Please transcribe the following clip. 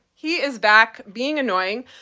he is back being annoying.